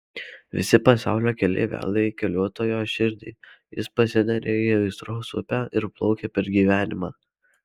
visi pasaulio keliai veda į keliautojo širdį jis pasineria į aistros upę ir plaukia per gyvenimą